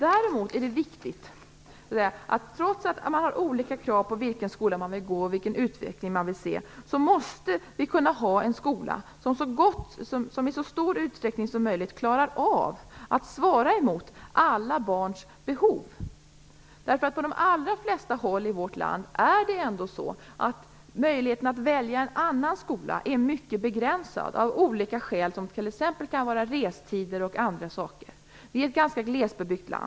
Däremot är det viktigt att vi trots att man ställer olika krav på i vilken skola man vill gå och på vilken utveckling man vill se måste ha en skola som i så stor utsträckning som möjligt klarar att svara mot alla barns behov. På de allra flesta håll i vårt land är ändå möjligheterna att välja en annan skola mycket begränsade av olika skäl som t.ex. restider. Vårt land är ganska glesbebyggt.